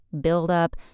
buildup